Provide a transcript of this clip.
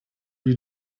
you